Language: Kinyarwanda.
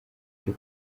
byo